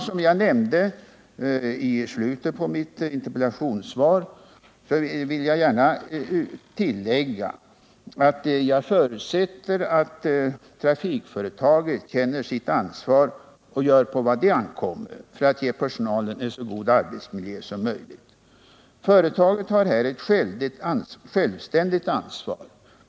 Som jag nämnde i slutet av mitt interpellationssvar förutsätter jag att trafikföretaget känner sitt ansvar och gör vad på det ankommer för att ge personalen en så god arbetsmiljö som möjligt. Trafikföretaget har här ett självständigt ansvar.